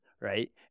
right